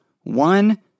one